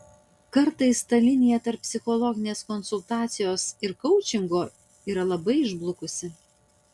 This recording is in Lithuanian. kartais ta linija tarp psichologinės konsultacijos ir koučingo yra labai išblukusi